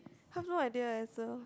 I have no idea also